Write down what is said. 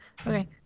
Okay